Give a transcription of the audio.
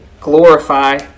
glorify